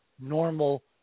normal